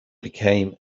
became